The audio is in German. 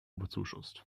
bezuschusst